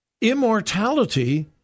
Immortality